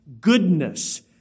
goodness